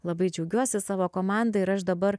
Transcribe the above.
labai džiaugiuosi savo komanda ir aš dabar